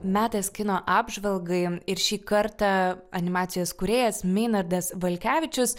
metas kino apžvalgai ir šį kartą animacijos kūrėjas meinardas valkevičius